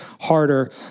harder